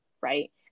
right